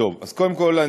אז קודם כול,